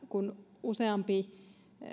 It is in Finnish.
kun useampi